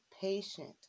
patient